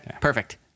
Perfect